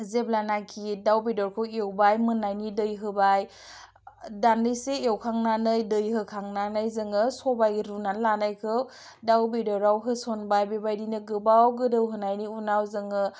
जेब्लानाखि दाउ बेदरखौ एवबाय मोननायनि दै होबाय दान्दिसे एवखांनानै दै होखांनानै जोङो सबाइ रुनानै लानायखौ दाउ बेदराव होसनबाय बेबायदिनो गोबाव गोदौहोनायनि उनाव जोङो